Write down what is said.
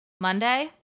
Monday